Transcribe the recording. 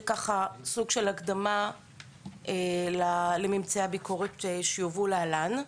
זה סוג של הקדמה לממצאי הביקורת שיובאו להלן.